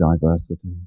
diversity